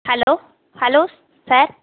hello hello sir